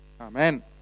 Amen